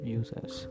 users